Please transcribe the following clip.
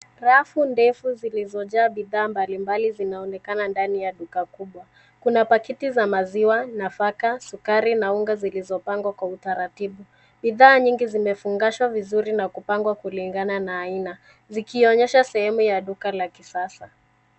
Rafu ndefu zilizojaa bidhaa mbali mbali zinaonekana ndani ya duka kubwa. Kuna pakiti za maziwa, nafaka, sukari na unga zilizopangwa kwa utaratibu. Bidhaa nyingi zimefungashwa vizuri na kupangwa kulingana na aina, zikionyesha sehemu ya duka la kisasa.